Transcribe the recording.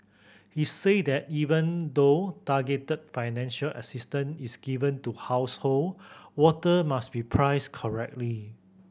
he said that even though targeted financial assistance is given to household water must be priced correctly